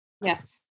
Yes